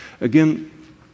Again